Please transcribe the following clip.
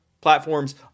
platforms